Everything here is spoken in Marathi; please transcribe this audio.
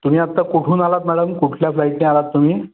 तुम्ही आत्ता कुठून आलात मॅडम कुठल्या फ्लाईटने आलात तुम्ही